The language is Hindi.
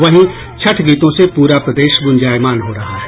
वहीं छठ गीतों से पूरा प्रदेश गुंजायमान हो रहा है